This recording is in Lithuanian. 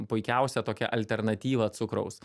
puikiausia tokia alternatyva cukraus